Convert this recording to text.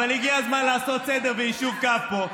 אבל הגיע הזמן לעשות סדר ויישור קו פה.